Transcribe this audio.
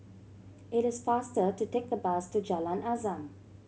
it is faster to take the bus to Jalan Azam